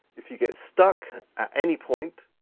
if you get stuck at any point,